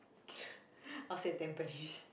I'll say Tampines